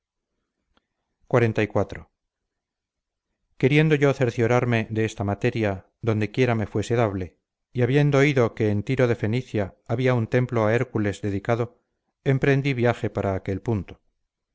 de años xliv queriendo yo cerciorarme de esta materia donde quiera me fuese dable y habiendo oído que en tiro de fenicia había un templo a hércules dedicado emprendí viaje para aquel punto